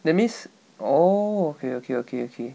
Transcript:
that means oh okay okay okay okay